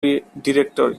director